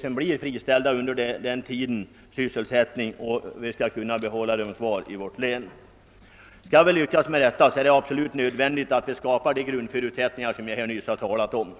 som blir friställda under denna tid sysselsättning och därmed behålla dem i vårt län. För att vi skall lyckas härmed är det absolut nödvändigt med de grundförutsättningar jag nu talat om.